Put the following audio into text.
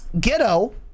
Ghetto